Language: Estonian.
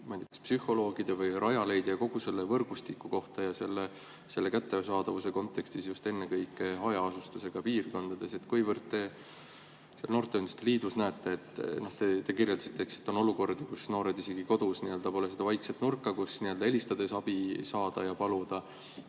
psühholoogide või Rajaleidja ja kogu selle võrgustiku kohta selle kättesaadavuse kontekstis just ennekõike hajaasustusega piirkondades. Kuivõrd te noorteühenduste liidus näete ... Te kirjeldasite, et on olukordi, kus noorel isegi kodus pole seda vaikset nurka, kus helistades abi saada ja paluda.